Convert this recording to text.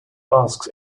asks